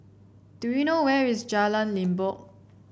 do you know where is Jalan Limbok